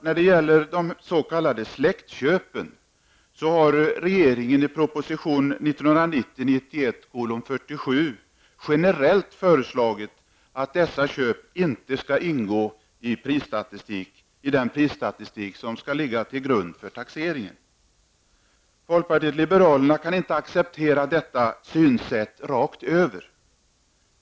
När det gäller de s.k. släktköpen har regeringen i proposition 1990/91:47 föreslagit att dessa köp generellt inte skall ingå i den prisstatistik som skall ligga till grund för taxering. Folkpartiet liberalerna kan inte acceptera detta synsätt rakt över.